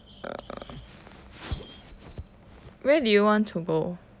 err where do you want to go